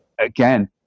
again